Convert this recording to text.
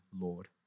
Lord